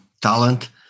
talent